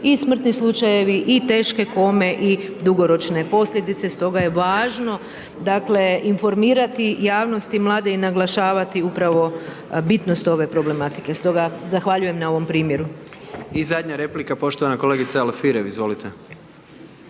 i smrtni slučajevi i teške kome i dugoročne posljedice. Stoga je važno dakle informirati javnost i mlade i naglašavati upravo bitnost ove problematike. Stoga zahvaljujem na ovom primjeru. **Jandroković, Gordan (HDZ)** I zadnja replika poštovana kolegica Alfirev, izvolite.